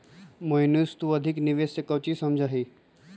मोहनीश तू अधिक निवेश से काउची समझा ही?